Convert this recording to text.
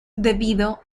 debido